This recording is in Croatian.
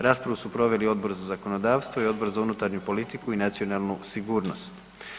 Raspravu su proveli Odbor za zakonodavstvo i Odbor za unutarnju politiku i nacionalnu sigurnost.